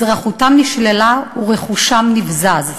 אזרחותם נשללה ורכושם נבזז.